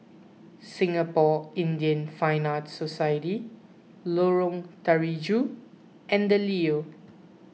Singapore Indian Fine Arts Society Lorong Terigu and the Leo